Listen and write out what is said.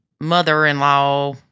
mother-in-law